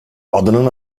adının